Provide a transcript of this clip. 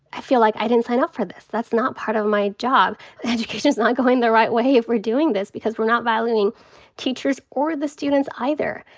i feel like i didn't sign up for this. that's not part of my job. and education's not going the right way if we're doing this. because we're not valuing teachers or the students either.